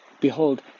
Behold